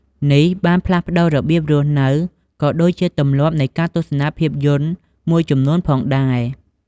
នេះបានផ្លាស់ប្ដូររបៀបរស់នៅ ក៏ដូចជាទម្លាប់នៃការទស្សនាភាពយន្តមួយចំនួនផងដែរ។